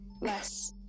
less